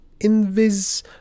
Invis